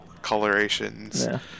colorations